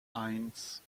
eins